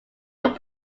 help